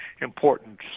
important